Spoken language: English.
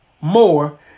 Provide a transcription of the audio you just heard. more